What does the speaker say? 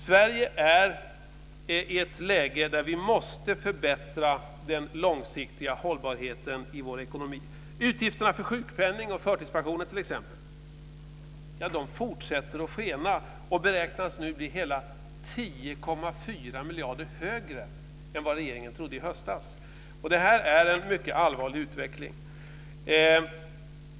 Sverige är i ett läge där vi måste förbättra den långsiktiga hållbarheten i vår ekonomi. Utgifterna för t.ex. sjukpenning och förtidspensioner fortsätter att skena och beräknas nu bli hela 10,4 miljarder högre än vad regeringen trodde i höstas. Det här är en mycket allvarlig utveckling.